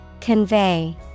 Convey